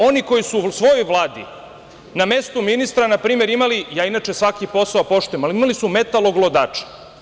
Oni koji su u svojoj Vladi na mestu ministra, na primer, imali, ja inače svaki posao poštujem, ali imali su metalo-glodača.